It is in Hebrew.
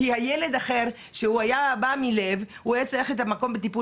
כי ילד אחר שבא מלב היה צריך את המקום בטיפול